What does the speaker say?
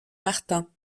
martin